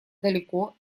далеко